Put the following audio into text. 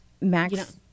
Max